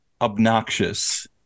obnoxious